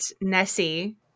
Nessie